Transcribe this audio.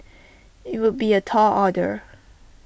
IT would be A tall order